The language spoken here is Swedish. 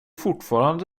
fortfarande